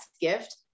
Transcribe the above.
gift